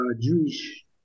Jewish